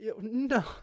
no